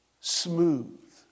smooth